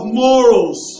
morals